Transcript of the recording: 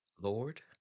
Lord